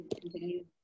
continue